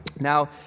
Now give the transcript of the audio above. Now